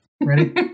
Ready